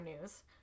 news